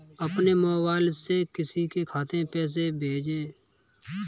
अपने मोबाइल से किसी के खाते में पैसे कैसे भेजें?